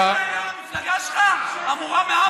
המפלגה שלך, תודה רבה.